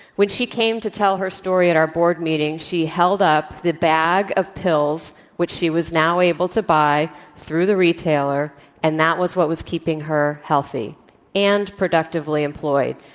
she came to tell her story at our board meeting she held up the bag of pills which she was now able to buy through the retailer and that was what was keeping her healthy and productively employed.